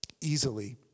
easily